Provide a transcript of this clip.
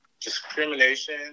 discrimination